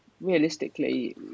realistically